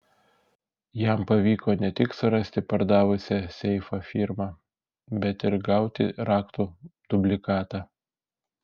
jam pavyko ne tik surasti pardavusią seifą firmą bet ir gauti raktų dublikatą